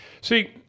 See